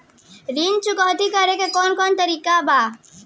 ऋण चुकौती करेके कौन कोन तरीका बा?